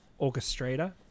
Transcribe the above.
Orchestrator